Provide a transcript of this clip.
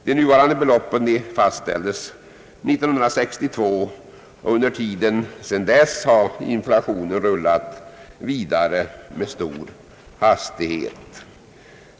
De nuvarande beloppen fastställdes 1962, och sedan dess har inflationen rullat vidare med stor hastighet.